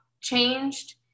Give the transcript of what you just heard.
changed